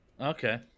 Okay